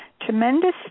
tremendous